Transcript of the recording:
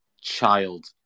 child